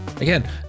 Again